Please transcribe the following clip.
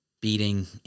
beating